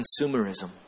consumerism